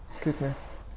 goodness